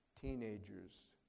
Teenagers